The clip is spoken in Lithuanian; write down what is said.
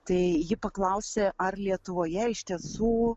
tai ji paklausė ar lietuvoje iš tiesų